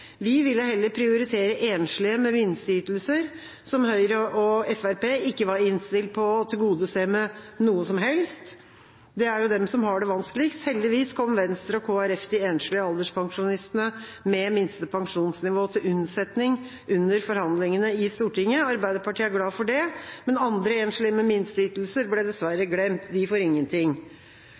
Vi ville heller prioritere enslige med minsteytelser, som Høyre og Fremskrittspartiet ikke var innstilt på å tilgodese med noe som helst. Det er de som har det vanskeligst. Heldigvis kom Venstre og Kristelig Folkeparti de enslige alderspensjonistene med minste pensjonsnivå til unnsetning under forhandlingene i Stortinget. Arbeiderpartiet er glad for det, men andre enslige med minsteytelser ble dessverre glemt. De får ingenting.